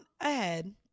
ahead